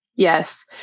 Yes